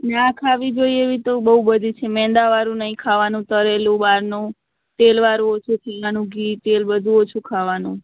ના ખાવી જોઈએ એવી તો બહુ બધી છે મેંદાવાળું નહીં ખાવાનું તળેલું બહારનું તેલવાળું ઓછુ કરવાનું ઘી તેલ બધું ઓછું ખાવાનું